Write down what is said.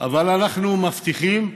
אבל אנחנו מבטיחים שבסוף,